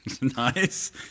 nice